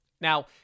Now